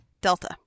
Delta